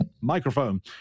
microphone